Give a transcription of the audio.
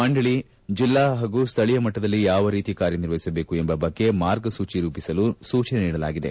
ಮಂಡಳಿ ಜಿಲ್ಲಾ ಪಾಗೂ ಸ್ಥಳೀಯ ಮಟ್ಟದಲ್ಲಿ ಯಾವ ರೀತಿ ಕಾರ್ಯ ನಿರ್ವಹಿಸಬೇಕು ಎಂಬ ಬಗ್ಗೆ ಮಾರ್ಗಸೂಜಿ ರೂಪಿಸಲು ಸೂಜನೆ ನೀಡಲಾಗಿದೆ